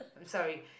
sorry